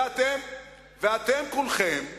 ואתם כולכם עומדים,